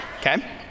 okay